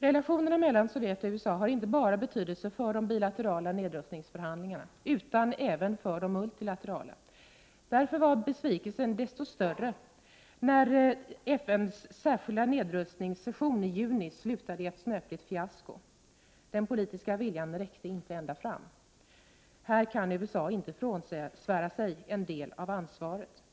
Relationerna mellan Sovjet och USA har inte bara betydelse för de bilaterala nedrustningsförhandlingarna, utan även för de multilaterala. Därför var besvikelsen så mycket större när FN:s särskilda nedrustningssession i juni slutade i ett snöpligt fiasko. Den politiska viljan räckte inte ända fram. Här kan USA inte frånsvära sig en del av ansvaret. Dock är det viktigt avsluta den marockanska invasionen av landet.